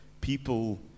people